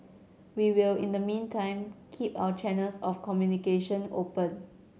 we will in the meantime keep our channels of communication open